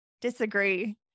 disagree